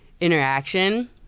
interaction